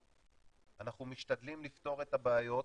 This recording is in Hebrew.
אנחנו משתדלים לפתור את הבעיות,